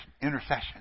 intercession